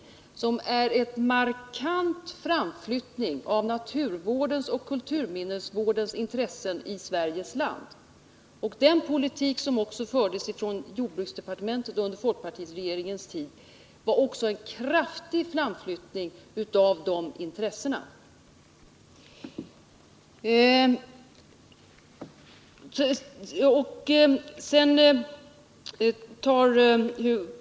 Propositionen innebar en markant framflyttning av naturvårdens 16 november 1979 och kulturminnesvårdens intressen i Sverige. Den politik som fördes från jordbruksdepartementets sida under folkpartiregeringens tid innebär också den en kraftig framflyttning när det gäller dessa intressen.